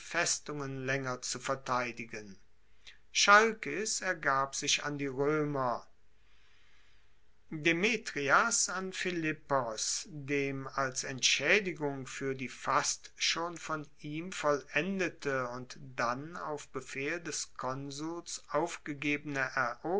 festungen laenger zu verteidigen chalkis ergab sich an die roemer demetrias an philippos dem als entschaedigung fuer die fast schon von ihm vollendete und dann auf befehl des konsuls aufgegebene